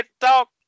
talk